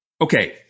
Okay